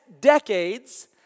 decades